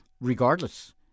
Regardless